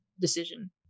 decision